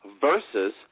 versus